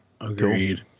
Agreed